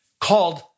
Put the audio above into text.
called